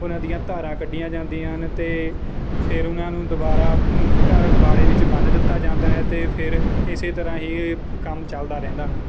ਉਹਨਾਂ ਦੀਆਂ ਧਾਰਾਂ ਕੱਢੀਆਂ ਜਾਂਦੀਆਂ ਹਨ ਅਤੇ ਫਿਰ ਉਹਨਾਂ ਨੂੰ ਦੁਬਾਰਾ ਕ ਬਾੜੇ ਵਿੱਚ ਬੰਨ ਦਿੱਤਾ ਜਾਂਦਾ ਹੈ ਅਤੇ ਫਿਰ ਇਸੇ ਤਰ੍ਹਾਂ ਹੀ ਕੰਮ ਚੱਲਦਾ ਰਹਿੰਦਾ ਹੈ